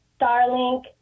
Starlink